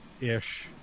ish